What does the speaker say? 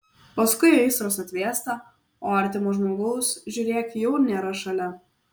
paskui aistros atvėsta o artimo žmogaus žiūrėk jau ir nėra šalia